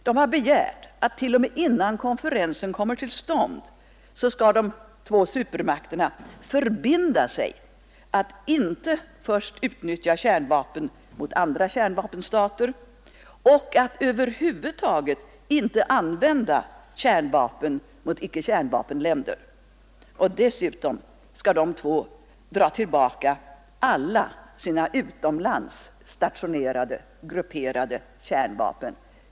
Kina har begärt att, t.o.m. innan konferensen kommer till stånd, de två supermakterna skall förbinda sig att inte som första stat utnyttja kärnvapen mot andra kärnvapenstater och att över huvud taget inte använda kärnvapen mot icke-kärnvapenländer. Dessutom skall de två dra tillbaka alla sina utomlands stationerade och grupperade kärnvapen.